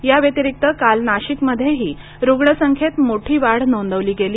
या व्यतिरिक्त काल नाशिकमध्येही रुग्णसंख्येत मोठी वाढ नोंदवली गेली